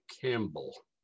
Campbell